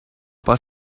but